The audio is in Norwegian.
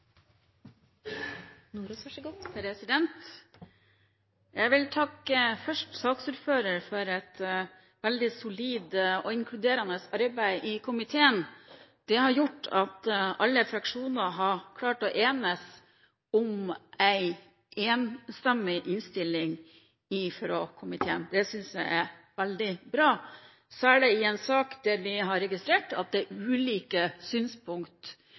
Jeg vil først takke saksordføreren for et veldig solid og inkluderende arbeid i komiteen. Det har gjort at alle fraksjoner har klart å enes om en enstemmig innstilling fra komiteen. Det synes jeg er veldig bra, særlig i en sak der vi har registrert at det er ulike